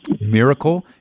miracle